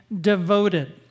devoted